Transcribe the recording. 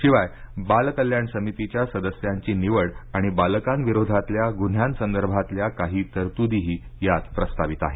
शिवाय बाल कल्याण समितीच्या सदस्यांची निवड आणि बालकांविरोधातल्या गुन्ह्यांसंदर्भातल्या काही तरतुदीही यात प्रस्तावित आहेत